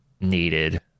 needed